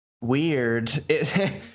weird